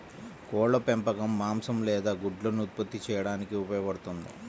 కోళ్ల పెంపకం మాంసం లేదా గుడ్లను ఉత్పత్తి చేయడానికి ఉపయోగపడుతుంది